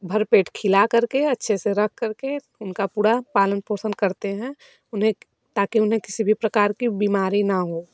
भर पेट खिला करकर अच्छे से रख करकर उनका पूरा पालन पोषण करते हैं उन्हें ताकि उन्हें किसी भी प्रकार की बीमारी न हो